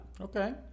okay